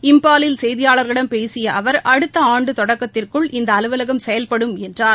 இம்ப்பாலில் செய்தியாளர்களிடம் பேசிய அவர் அடுத்த ஆண்டு தொடக்கத்திற்குள் இந்த அலுவலகம் செயல்படும் என்றார்